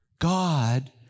God